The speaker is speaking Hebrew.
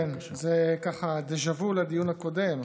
כן, זה דז'ה וו לדיון הקודם.